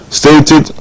stated